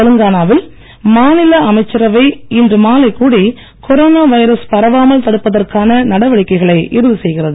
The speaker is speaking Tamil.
தெலங்கானாவில் மாநில அமைச்சரவை இன்று மாலை கூடி கொரோனா வைரஸ் பரவாமல் தடுப்பதற்கான நடவடிக்கைகளை இறுதி செய்கிறது